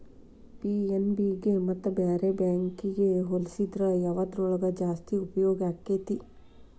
PNB ಗೆ ಮತ್ತ ಬ್ಯಾರೆ ಬ್ಯಾಂಕಿಗ್ ಹೊಲ್ಸಿದ್ರ ಯವ್ದ್ರೊಳಗ್ ಜಾಸ್ತಿ ಉಪ್ಯೊಗಾಕ್ಕೇತಿ?